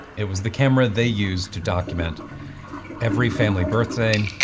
it was the camera they used to document every family birthday,